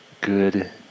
good